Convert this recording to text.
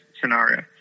scenario